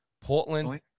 Portland